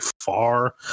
far